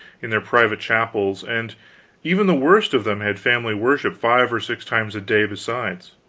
in their private chapels, and even the worst of them had family worship five or six times a day besides.